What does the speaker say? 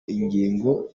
ingingo